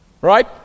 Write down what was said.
Right